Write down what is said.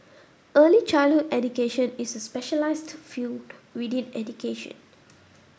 early childhood education is a specialised field within education